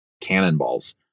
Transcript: cannonballs